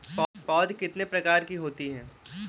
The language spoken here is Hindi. पौध कितने प्रकार की होती हैं?